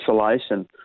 isolation